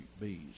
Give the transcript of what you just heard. bees